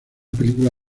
película